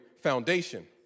foundation